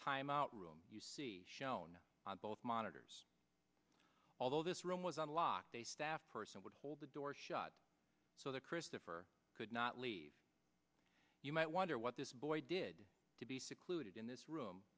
timeout room you see shown on both monitors although this room was unlocked a staff person would hold the door shut so that christopher could not leave you might wonder what this boy did to be secluded in this room